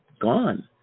gone